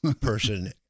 person